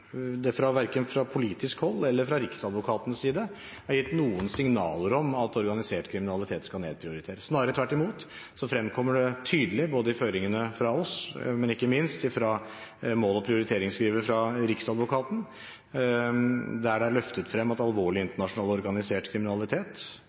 verken fra politisk hold eller fra Riksadvokatens side er gitt noen signaler om at organisert kriminalitet skal nedprioriteres. Snarere tvert imot fremkommer det tydelig både i føringene fra oss og i mål- og prioriteringsskrivet fra Riksadvokaten at alvorlig, internasjonalt organisert kriminalitet, inkludert alvorlige narkotikalovbrudd, er prioritert. Det at det er prioritert, betyr at